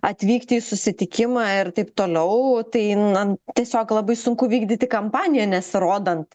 atvykti į susitikimą ir taip toliau tai na tiesiog labai sunku vykdyti kampaniją nesirodant